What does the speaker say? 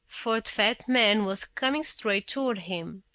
for the fat man was coming straight toward him.